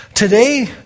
Today